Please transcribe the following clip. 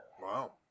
Wow